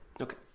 Okay